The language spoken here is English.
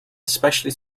especially